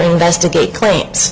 investigate claims